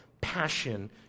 passion